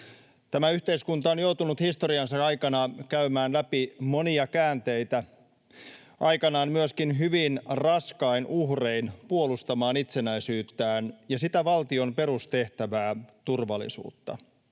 Tämä yhteiskunta on joutunut historiansa aikana käymään läpi monia käänteitä, aikanaan myöskin hyvin raskain uhrein puolustamaan itsenäisyyttään ja sitä valtion perustehtävää, turvallisuutta.